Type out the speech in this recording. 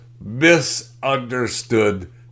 misunderstood